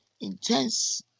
intense